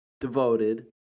devoted